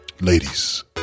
ladies